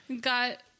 got